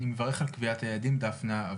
אני מברך על קביעת היעדים דפנה,